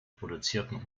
produzierten